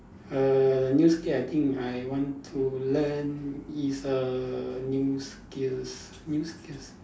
err new skills I think I want to learn is a new skills new skills